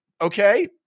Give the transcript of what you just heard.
Okay